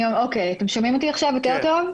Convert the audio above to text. אתם שומעים אותי עכשיו יותר טוב?